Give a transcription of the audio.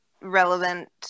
relevant